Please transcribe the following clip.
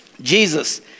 Jesus